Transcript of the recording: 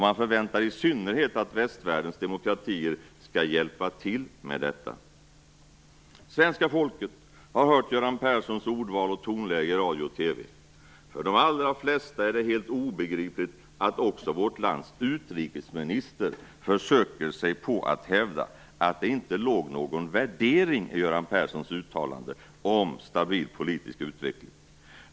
Man förväntar i synnerhet att västvärldens demokratier skall hjälpa till med detta. Svenska folket har hört Göran Perssons ordval och tonläge i radio och TV. För de allra flesta är det helt obegripligt att också vårt lands utrikesminister försöker sig på att hävda att det inte låg någon värdering i Göran Perssons uttalande om en stabil politisk utveckling.